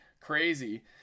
crazy